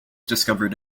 discovered